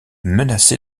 menacé